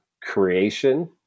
creation